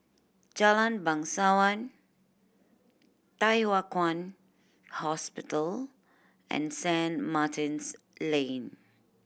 Jalan Bangsawan Thye Hua Kwan Hospital and Saint Martin's Lane